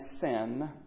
sin